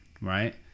right